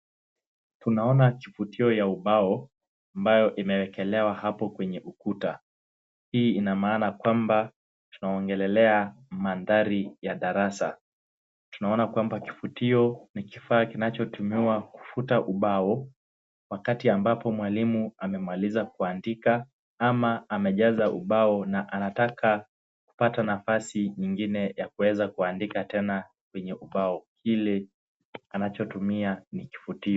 Tunaona kifutio ya ubao ambayo imewekelewa hapo kwenye ukuta. Hii inamaana kwamba tunaongelelea maandhari ya darasa. Tunaona kwamba kifutio ni kifaa kinachotumiwa kufuta ubao wakati ambapo mwalimu amemaliza kuandika ama amejaza ubao na anataka kupata nafasi nyingine ya kuweza kuandika tena kwenye ubao ile, anachotumia ni kifutio.